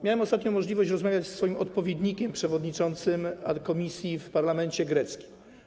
Miałem ostatnio możliwość rozmawiać ze swoim odpowiednikiem, przewodniczącym komisji w parlamencie greckim.